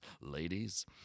ladies